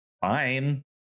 fine